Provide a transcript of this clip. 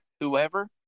whoever